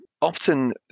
Often